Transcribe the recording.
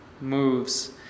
moves